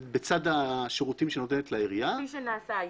בצד השירותים שהיא נותנת לעירייה אז עלולה החברה --- כפי שנעשה היום.